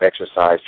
exercise